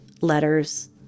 letters